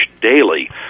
daily